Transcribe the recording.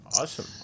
Awesome